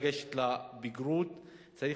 מגיע הביתה הוא צריך